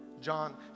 John